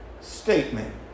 statement